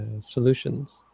solutions